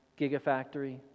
Gigafactory